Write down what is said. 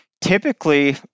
typically